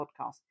podcast